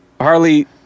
Harley